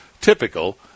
typical